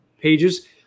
pages